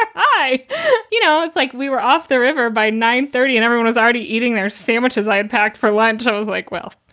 you know it's like we were off the river by nine thirty and everyone was already eating their sandwiches. i had packed for lunch. i was like, well,